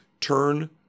turn